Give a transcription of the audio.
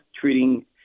treating